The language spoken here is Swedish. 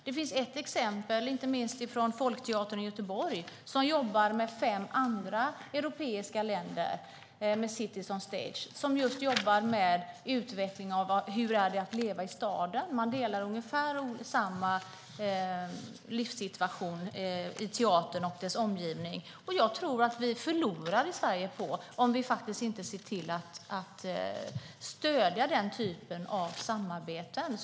Det finns ett exempel från Folkteatern i Göteborg, som jobbar med fem andra europeiska länder med Cities on Stage, som just jobbar med utveckling av hur det är att leva i staden. Man delar ungefär samma livssituation i teatern och dess omgivning. Jag tror att vi i Sverige förlorar om vi inte ser till att stödja den typen av samarbeten.